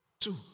Two